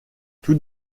tout